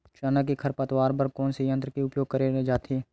चना के खरपतवार बर कोन से यंत्र के उपयोग करे जाथे?